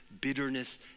bitterness